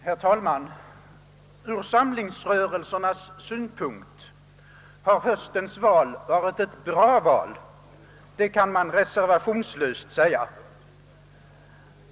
Herr talman! Ur samlingsrörelsernas synpunkt har höstens val varit ett bra val — det kan man reservationslöst påstå.